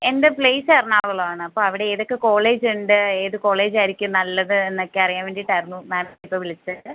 എൻ്റെ പ്ലേസ് എറണാകുളം ആണ് അപ്പോൾ അവിടെ ഏത് ഒക്കെ കോളേജ് ഉണ്ട് ഏത് കോളേജ് ആയിരിക്കും നല്ലത് എന്നൊക്കെ അറിയാൻ വേണ്ടീട്ടായിരുന്നു മാമിനെ ഇപ്പോൾ വിളിച്ചത്